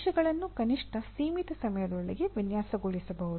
ಅಂಶಗಳನ್ನು ಕನಿಷ್ಠ ಸೀಮಿತ ಸಮಯದೊಳಗೆ ವಿನ್ಯಾಸಗೊಳಿಸಬಹುದು